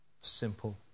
simple